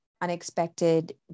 unexpected